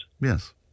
Yes